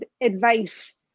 advice